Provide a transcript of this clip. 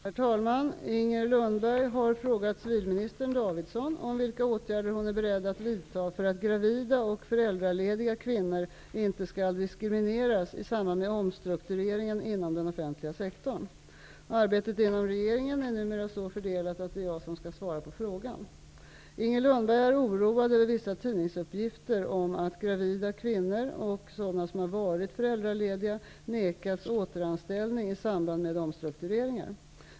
Herr talman! Inger Lundberg har frågat civilminister Inger Davidson om vilka åtgärder hon är beredd att vidta för att gravida och föräldralediga kvinnor inte skall diskrimineras i samband med omstruktureringen inom den offentliga sektorn. Arbetet inom regeringen är numera så fördelat att det är jag som skall svara på frågan. Inger Lundberg är oroad över vissa tidningsuppgifter om att gravida kvinnor och sådana som varit föräldralediga nekats återanställning i samband med omstruktureringar.